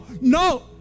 no